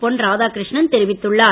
பொன் ராதாகிருஷ்ணன் தெரிவித்துள்ளார்